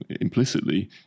implicitly